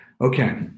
Okay